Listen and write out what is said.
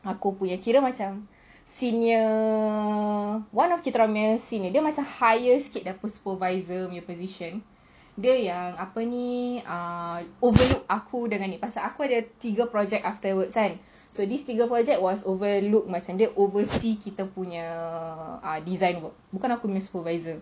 aku punya kira macam senior one of kita orang punya senior dia macam higher sikit dari supervisor punya position dia yang apa ni uh overlook aku dengan ni pasal aku ada tiga project afterwards kan so this tiga project was overlook macam dia oversee kita punya design work bukan aku punya supervisor